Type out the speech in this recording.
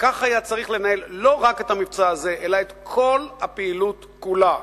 כך היה צריך לנהל לא רק את המבצע הזה אלא את כל הפעילות כולה.